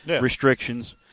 restrictions